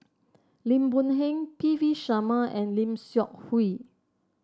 Lim Boon Heng P V Sharma and Lim Seok Hui